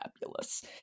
Fabulous